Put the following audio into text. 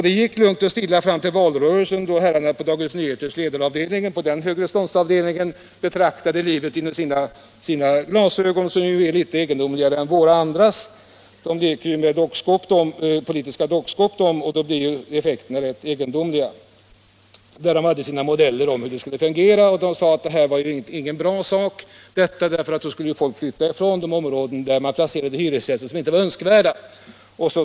Det gick lugnt och fint fram till valrörelsen, då herrarna på Dagens Nyheter högreståndsavdelningen, betraktade livet genom sina glasögon, som ju är litet egendomliga jämförda med våra. Där leker de ju med politiska dockskåp, och då blir effekterna rätt egendomliga. De hade sin uppfattning om hur det hela skulle fungera och sade att det här inte var någon bra sak, eftersom folk skulle flytta ifrån de områden där icke önskvärda hyresgäster blev placerade.